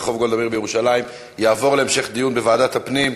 רחוב גולדה מאיר בירושלים תעבור להמשך דיון בוועדת הפנים.